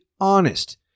honest